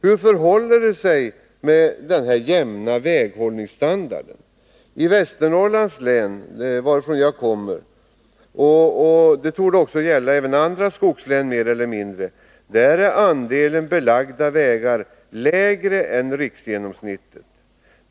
Hur förhåller det sig med denna jämna väghållningsstandard? I Västernorrlands län, varifrån jag kommer — och det torde gälla även andra skogslän, mer eller mindre — är andelen belagda vägar lägre än riksgenomsnittet.